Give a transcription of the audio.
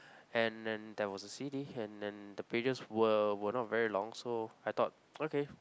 and then there was a c_d and then the previous were were not very long so I thought okay